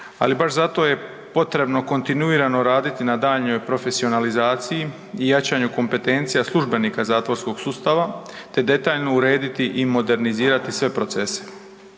Ali, baš zato je potrebno kontinuirano raditi na daljnjoj profesionalizaciji i jačanju kompetencija službenika zatvorskog sustava te detaljno urediti i modernizirati sve procese.